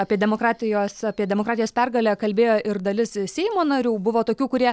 apie demokratijos apie demokratijos pergalę kalbėjo ir dalis seimo narių buvo tokių kurie